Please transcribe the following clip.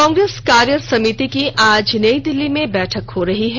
कांग्रेस कार्य समिति की आज नई दिल्ली में बैठक हो रही है